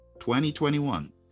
2021